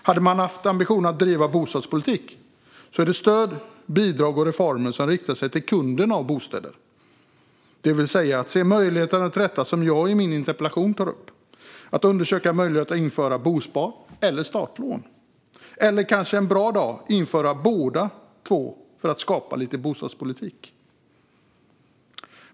Om man hade haft ambitionen att bedriva bostadspolitik hade det varit stöd, bidrag och reformer som riktar sig till kunden gällande bostäder, det vill säga se möjligheterna till det som jag i min interpellation tar upp - att undersöka möjligheterna att införa bospar eller startlån, eller kanske, en bra dag, införa båda för att skapa lite bostadspolitik.